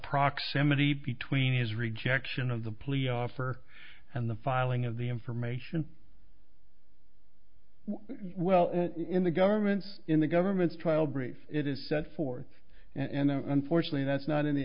proximity between his rejection of the plea offer and the filing of the information well in the government's in the government's trial brief it is set forth and unfortunately that's not